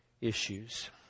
issues